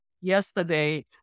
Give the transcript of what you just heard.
yesterday